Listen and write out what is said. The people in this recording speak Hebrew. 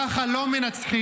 --- ככה לא מנצחים,